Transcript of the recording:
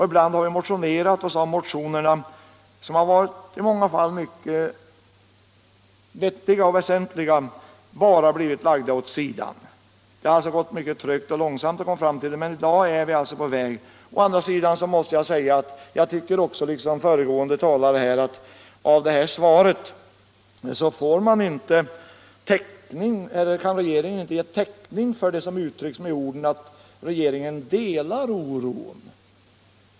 Ibland har vi motionerat och motionerna — som i många fall varit mycket vettiga och väsentliga — har bara blivit lagda åt sidan. Det har gått mycket trögt och långsamt att komma fram till något, men i dag är vi alltså på väg. Jag måste ändå säga att jag, liksom den föregående talaren, tycker att regeringen med det här svaret inte kan ge täckning för det som uttrycks med orden: regeringen delar oron.